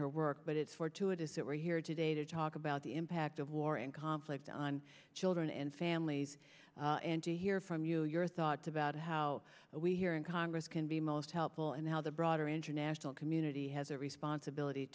her work but it's fortuitous that we're here today to talk about the impact of war and conflict on children and families and to hear from you your thoughts about how we here in congress can be most helpful and how the broader international community has a responsibility